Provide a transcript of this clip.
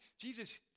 Jesus